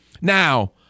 Now